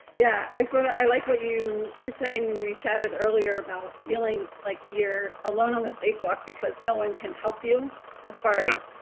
yeah, i sort of i like what you were saying when we chatted earlier about feeling like you're alone on a spacewalk because no one can help you as far as,